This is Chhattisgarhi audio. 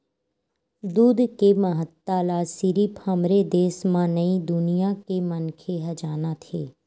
दूद के महत्ता ल सिरिफ हमरे देस म नइ दुनिया के मनखे ह जानत हे